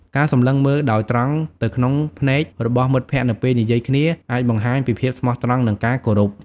ការសម្លឹងមើលដោយត្រង់ទៅក្នុងភ្នែករបស់មិត្តភក្តិនៅពេលនិយាយគ្នា អាចបង្ហាញពីភាពស្មោះត្រង់និងការគោរព។